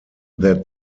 that